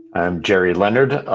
i'm gerri leonard,